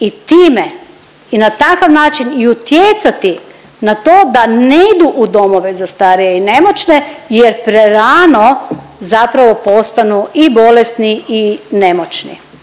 i time i na takav način i utjecati na to da ne idu u domove za starije i nemoćne jer prerano zapravo postanu i bolesni i nemoćni.